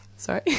Sorry